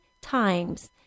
times